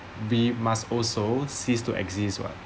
we must also cease to exist [what]